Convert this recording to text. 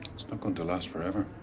it's not going to last forever.